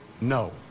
NO